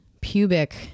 pubic